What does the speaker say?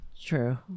True